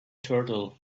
turtle